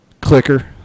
clicker